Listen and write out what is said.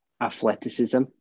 athleticism